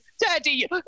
Daddy